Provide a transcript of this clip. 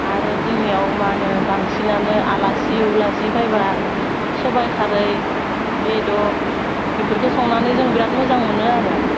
आरो जोंनियाव मा होनो बांसिनानो आलासि उलासि फैबा सबाइ खारै बेदर बेफोरखौ संनानै जों बिराथ मोजां मोनो आरो